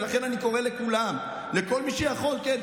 ולכן אני קורא לכולם, לכל מי שיכול, כן.